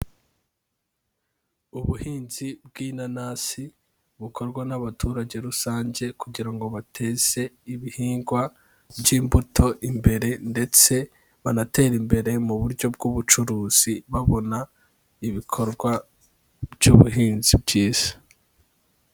Ubuhinzi bw'inanasi bukorwa n'abaturage rusange kugira ngo bateze ibihingwa by'imbuto imbere ndetse banatere imbere mu buryo bw'ubucuruzi babona ibikorwa by'ubuhinzi bwiza.